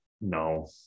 no